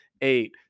eight